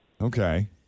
Okay